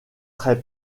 très